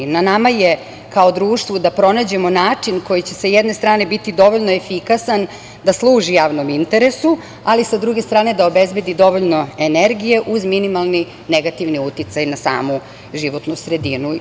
Na nama je kao društvu da pronađemo način koji će, sa jedne strane, biti dovoljno efikasan da služi javnom interesu, ali sa druge strane da obezbedi dovoljno energije uz minimalni negativni uticaj na samu životnu sredinu.